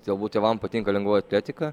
galbūt tėvam patinka lengvoji atletika